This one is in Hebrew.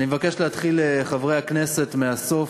אני מבקש להתחיל, חברי הכנסת, מהסוף.